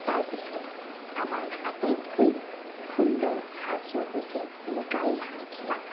তাৰ পিছত আমাৰ আটাইতকৈ সুন্দৰ সাজযোৰ হৈছে মুগা ৰিহা মেখেলা